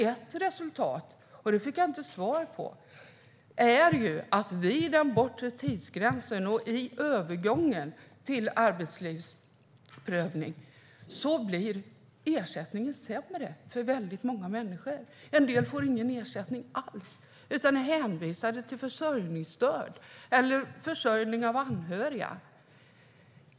Ett resultat är att vid den bortre tidsgränsen och i övergången till arbetslivsprövning blir ersättningen sämre för många människor. En del får ingen ersättning alls utan är hänvisade till försörjningsstöd eller att bli försörjda av anhöriga.